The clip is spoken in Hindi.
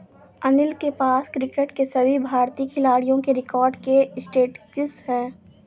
अनिल के पास क्रिकेट के सभी भारतीय खिलाडियों के रिकॉर्ड के स्टेटिस्टिक्स है